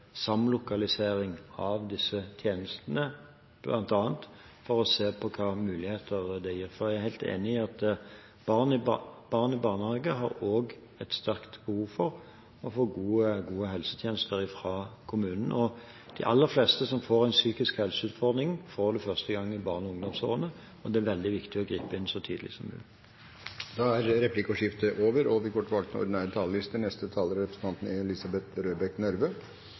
samlokalisering av disse tjenestene, bl.a. for å se på hvilke muligheter det gir. For jeg er helt enig i at barn i barnehage også har et sterkt behov for å få gode helsetjenester fra kommunen. De aller fleste som får en psykisk helseutfordring, får det første gang i barne- og ungdomsårene, og det er veldig viktig å gripe inn så tidlig som mulig. Da er replikkordskiftet over. De talerne som heretter får ordet, har en taletid på inntil 3 minutter. Å satse på barn og unges helse og oppvekst er